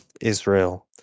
Israel